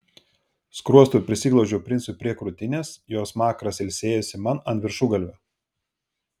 skruostu prisiglaudžiau princui prie krūtinės jo smakras ilsėjosi man ant viršugalvio